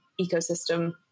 ecosystem